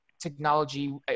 technology